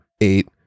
eight